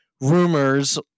rumors